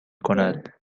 کند